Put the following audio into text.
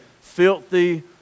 filthy